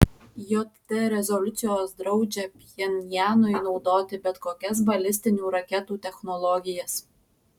jt rezoliucijos draudžia pchenjanui naudoti bet kokias balistinių raketų technologijas